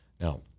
Now